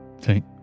Thank